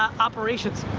operations.